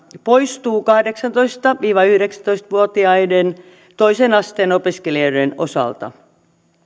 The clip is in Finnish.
poistuu kahdeksantoista viiva yhdeksäntoista vuotiaiden toisen asteen opiskelijoiden osalta